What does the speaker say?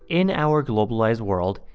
in our globalized world,